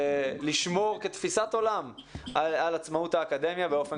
לשמור כתפיסת עולם על העצמאות האקדמיה באופן